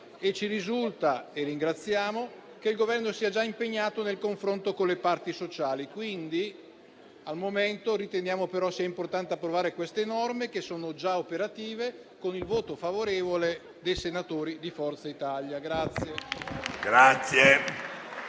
Ci risulta - e ringraziamo anche di questo - che il Governo sia già impegnato nel confronto con le parti sociali. Al momento riteniamo però importante approvare queste norme, che sono già operative, con il voto favorevole dei senatori di Forza Italia.